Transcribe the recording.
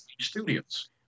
studios